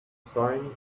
sign